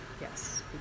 yes